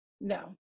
No